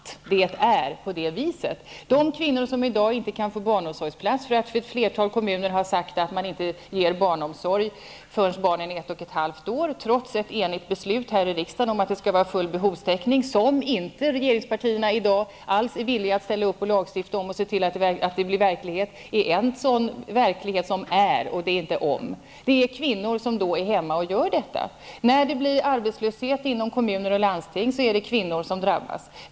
En sådan verklighet gäller de kvinnor som i dag inte kan få barnomsorgsplats därför att ett flertal kommuner har förklarat att man inte ger barnomsorg förrän barnet är ett och ett halvt år -- trots ett enhälligt beslut i riksdagen om full behovstäckning. Regeringspartierna är i dag inte alls villiga att lagstifta om att detta blir verklighet. Detär så att kvinnor får stanna hemma på grund av detta -- här finns inte någotom. När det blir arbetslöshet inom kommuner och landsting är det kvinnor som drabbas.